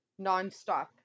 nonstop